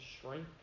shrink